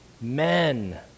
Men